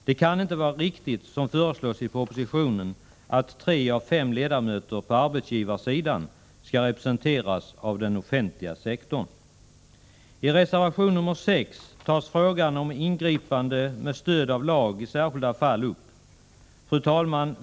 Det kan inte vara riktigt att, som det står i propositionen, tre av fem ledamöter på arbetsgivarsidan skall representeras av den offentliga sektorn. I reservation 6 tar vi upp frågan om ingripande med stöd av lag i särskilda fall. Fru talman!